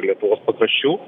lietuvos pakraščių